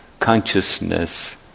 Consciousness